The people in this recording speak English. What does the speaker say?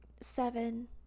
seven